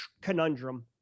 conundrum